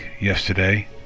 yesterday